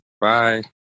Bye